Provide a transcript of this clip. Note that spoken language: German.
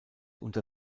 unter